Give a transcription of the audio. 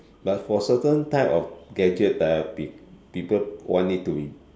but for certain type of gadgets ah peop~ people want it to be